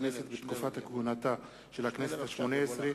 הכנסת בתקופת כהונתה של הכנסת השמונה-עשרה),